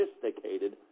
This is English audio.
sophisticated